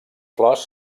flors